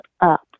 up